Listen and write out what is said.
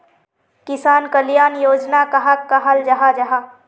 किसान कल्याण योजना कहाक कहाल जाहा जाहा?